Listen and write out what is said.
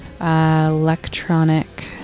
Electronic